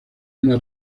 una